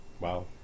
Wow